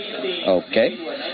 Okay